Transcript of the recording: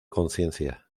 conciencia